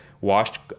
washed